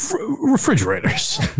refrigerators